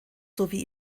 sowie